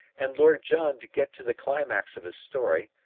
and lord john to get to the climax of his story,